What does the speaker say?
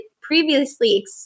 previously